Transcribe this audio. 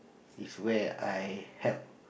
is where I help